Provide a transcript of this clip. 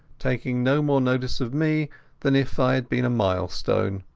taking no more notice of me than if i had been a milestone.